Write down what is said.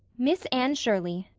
miss anne shirley,